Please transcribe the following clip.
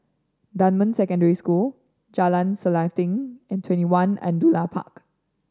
Dunman Secondary School Jalan Selanting and TwentyOne Angullia Park